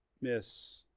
miss